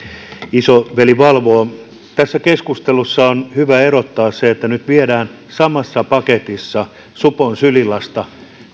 isoveli valvoo tässä keskustelussa on hyvä erottaa se että nyt viedään samassa paketissa supon sylilasta